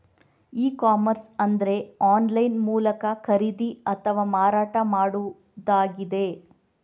E commerce ಅಂದ್ರೆ online ಮೂಲಕ ಖರೀದಿ ಅಥವಾ ಮಾರಾಟ ಮಾಡುದಾಗಿದೆ